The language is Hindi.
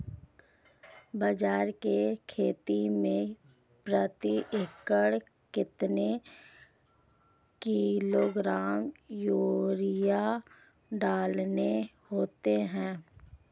बाजरे की खेती में प्रति एकड़ कितने किलोग्राम यूरिया डालनी होती है?